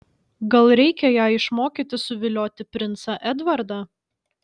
gal reikia ją išmokyti suvilioti princą edvardą